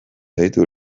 zaitu